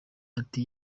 ati